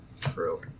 True